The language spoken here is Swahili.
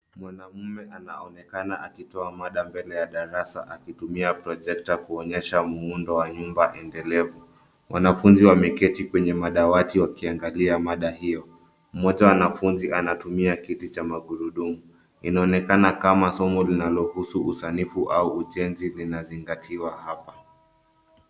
Mwanaume anaonekana akitoa mada mbele ya darasa akitumia projector kuonyesha muundo wa nyumba endelevu. Wanafunzi wameketi kwenye madawati wakiangalia mada hio. Mmoja wa wanafunzi anatumia kiti cha magurudumu. Inaonekana kama somo linalohusu usanifu au ujenzi zinazingatiwa hapa.